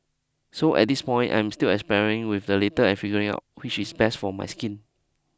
so at this point I'm still expiring with the later and figuring out which is best for my skin